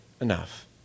enough